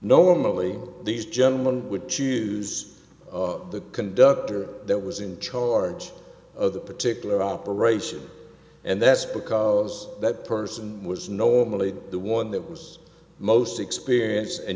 only these gentlemen would choose the conductor that was in charge of the particular operation and that's because that person was normally the one that was most experienced and